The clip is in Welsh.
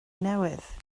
newydd